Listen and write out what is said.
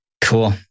cool